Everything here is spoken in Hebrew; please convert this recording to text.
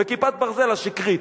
ב"כיפת ברזל" השקרית.